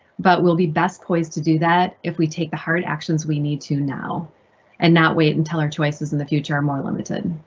but we'll be best poised to do that if we take the hard actions we need to now and not wait until our choices in the future are more limited.